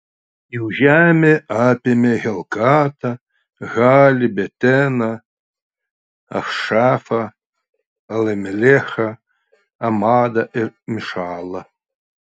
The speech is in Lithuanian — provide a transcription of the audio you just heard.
jų žemė apėmė helkatą halį beteną achšafą alamelechą amadą ir mišalą